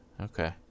okay